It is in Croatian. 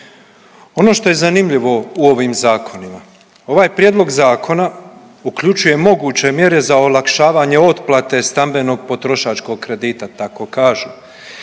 Ono što je zanimljivo u ovim zakonima, ovaj prijedlog zakona uključuje moguće mjere za olakšavanje otplate stambenog potrošačkog kredita tako kažu.